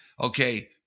okay